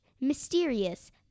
mysterious